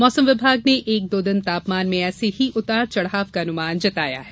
मौसम विभाग ने एक दो दिन तापमान में ऐसे ही उतार चढ़ाव का अनुमान जताया है